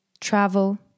travel